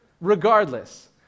regardless